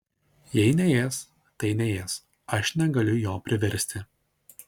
jei neės tai neės aš negaliu jo priversti